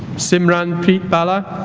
simran preet bhalla